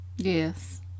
yes